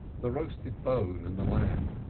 the roasted bone and the lamb,